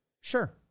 sure